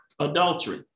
Adultery